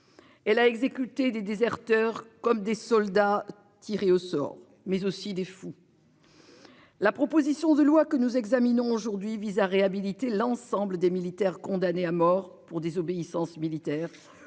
Elle a exécuté des déserteurs comme des soldats tirer au sort mais aussi des fous. La proposition de loi que nous examinons aujourd'hui vise à réhabiliter l'ensemble des militaires condamnés à mort pour désobéissance militaire